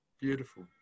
Beautiful